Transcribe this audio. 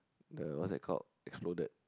the what's that called exploded